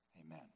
Amen